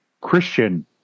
Christian